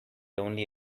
only